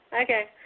okay